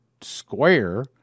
square